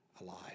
alive